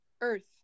Earth